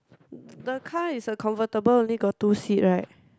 the car is a comfortable they got two seat right